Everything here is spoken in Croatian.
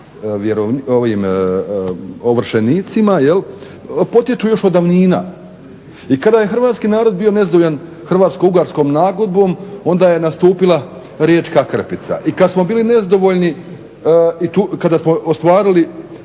ili ovršenicima potiču još od davnina. I kad je hrvatski narod bio nezadovoljan hrvatsko-ugarskom nagodbom onda je nastupila riječka krpica i kada smo bili nezadovoljni kada smo ostvarili